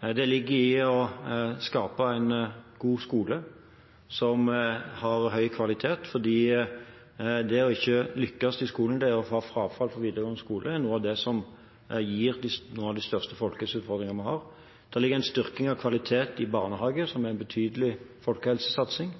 Det ligger i det å skape en god skole som har høy kvalitet, for det å ikke lykkes i skolen og ha frafall fra videregående skole er noe av det som gir noen av de største folkehelseutfordringene vi har. Det ligger en styrking av kvaliteten i barnehagene, noe som er en betydelig folkehelsesatsing.